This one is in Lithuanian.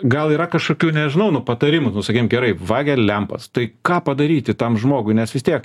gal yra kažkokių nežinau nu patarimų nu sakykim gerai vagia lempas tai ką padaryti tam žmogui nes vis tiek